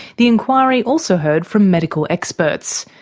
the inquiry also heard from medical experts.